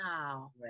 Wow